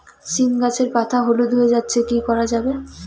সীম গাছের পাতা হলুদ হয়ে যাচ্ছে কি করা যাবে?